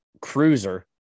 cruiser